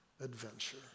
adventure